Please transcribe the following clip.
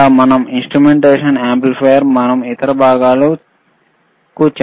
లేదా మనం instrumentation amplifier మరియు ఇతర ప్రయోగాలకు చాలా ఉపయోగించాలి